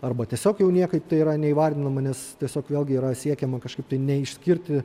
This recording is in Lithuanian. arba tiesiog jau niekaip tai yra neįvardinama nes tiesiog vėlgi yra siekiama kažkaip tai neišskirti